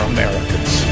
Americans